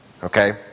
Okay